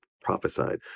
prophesied